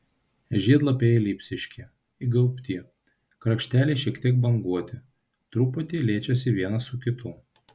žiedlapiai elipsiški įgaubti krašteliai šiek tiek banguoti truputį liečiasi vienas su kitu